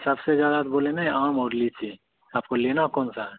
सबसे ज़्यादा तो बोले ना आम और लीची आपको लेना कौन सा है